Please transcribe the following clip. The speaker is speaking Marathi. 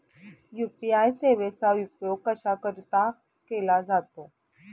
यू.पी.आय सेवेचा उपयोग कशाकरीता केला जातो?